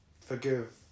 forgive